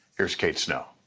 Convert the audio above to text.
here's kate snow.